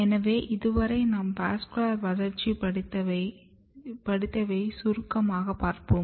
எனவே இதுவரை நாம் வாஸ்குலர் வளர்ச்சியில் படித்தவையைச் சுருக்கமாக பார்ப்போம்